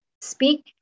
Speak